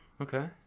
Okay